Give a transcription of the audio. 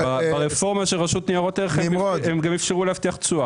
ברפורמה של רשות ניירות ערך הם גם אפשרו להבטיח תשואה.